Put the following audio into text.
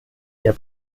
der